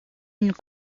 une